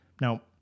Now